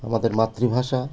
আমাদের মাতৃভাষা